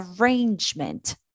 arrangement